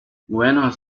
buenos